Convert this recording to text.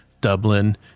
Dublin